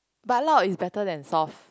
but loud is better than soft